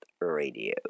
radio